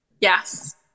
yes